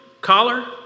collar